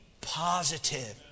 positive